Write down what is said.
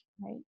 right